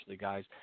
guys